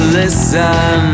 listen